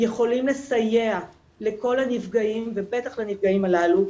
יכולים לסייע לכל הנפגעים ובטח לנפגעים הללו,